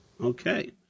okay